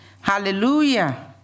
Hallelujah